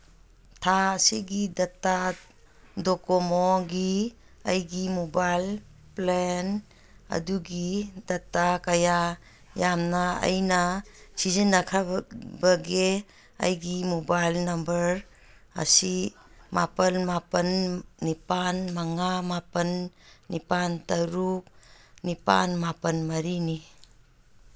ꯊꯥ ꯑꯁꯤꯒꯤ ꯗꯇꯥ ꯗꯣꯀꯣꯃꯣꯒꯤ ꯑꯩꯒꯤ ꯃꯣꯕꯥꯏꯜ ꯄ꯭ꯂꯦꯟ ꯑꯗꯨꯒꯤ ꯗꯇꯥ ꯀꯌꯥ ꯌꯥꯝꯅ ꯑꯩꯅ ꯁꯤꯖꯤꯟꯅꯈ꯭ꯔꯕꯒꯦ ꯑꯩꯒꯤ ꯃꯣꯕꯥꯏꯜ ꯅꯝꯕꯔ ꯑꯁꯤ ꯃꯥꯄꯟ ꯃꯥꯄꯟ ꯅꯤꯄꯥꯟ ꯃꯉꯥ ꯃꯥꯄꯟ ꯅꯤꯄꯥꯟ ꯇꯔꯨꯛ ꯅꯤꯄꯥꯟ ꯃꯥꯄꯟ ꯃꯔꯤꯅꯤ